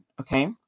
Okay